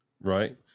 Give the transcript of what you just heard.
Right